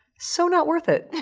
so not worth it.